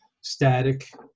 static